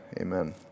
amen